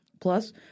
Plus